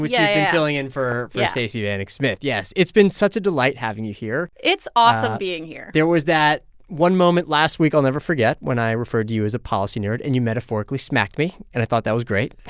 filling in for. yeah. stacey vanek smith. yes. it's been such a delight having you here it's awesome being here there was that one moment last week i'll never forget when i referred to you as a policy nerd, and you metaphorically smacked me. and i thought that was great